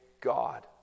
God